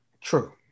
True